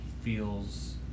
feels